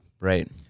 Right